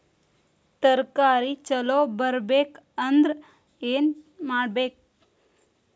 ತರಕಾರಿ ಛಲೋ ಬರ್ಬೆಕ್ ಅಂದ್ರ್ ಏನು ಮಾಡ್ಬೇಕ್?